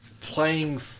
playing